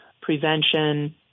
prevention